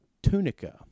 Tunica